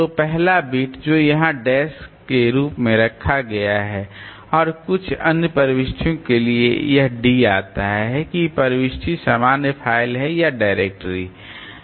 तो पहला बिट जो यहां डैश के रूप में रखा गया है और कुछ अन्य प्रविष्टियों के लिए यह d आता है कि प्रविष्टि सामान्य फ़ाइल है या डायरेक्टरी है